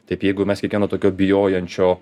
taip jeigu mes kiekvieno tokio bijojančio